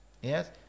yes